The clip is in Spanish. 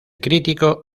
crítico